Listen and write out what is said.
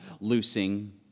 loosing